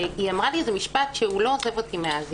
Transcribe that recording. והיא אמרה לי איזה משפט שלא עוזב אותי מאז.